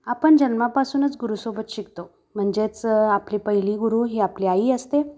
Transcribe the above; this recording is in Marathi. आपण जन्मापासूनच गुरुसोबत शिकतो म्हणजेच आपली पहिली गुरु ही आपली आई असते